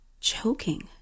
choking